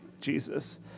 Jesus